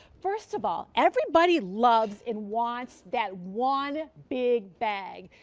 first of all, every buddy labs and once that one big bag.